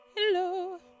Hello